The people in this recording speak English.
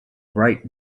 bright